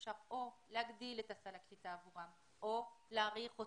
אפשר או להגדיל את סל הקליטה עבורם או להאריך אותו,